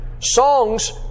Songs